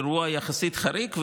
אירוע יחסית חריג,